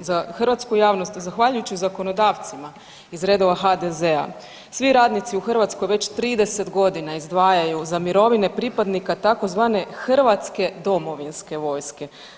za hrvatsku javnost, zahvaljujući zakonodavcima iz redova HDZ-a svi radnici u Hrvatskoj već 30.g. izdvajaju za mirovine pripadnika tzv. hrvatske domovinske vojske.